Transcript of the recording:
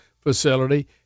facility